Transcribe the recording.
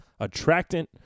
Attractant